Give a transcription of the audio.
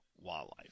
wildlife